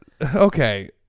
okay